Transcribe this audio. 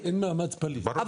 ומתנדבת --- זה